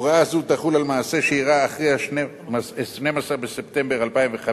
הוראה זו תחול על מעשה שאירע אחרי 12 בספטמבר 2005,